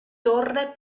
torre